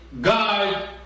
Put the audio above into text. God